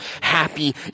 happy